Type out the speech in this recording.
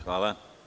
Hvala.